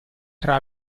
tra